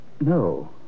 No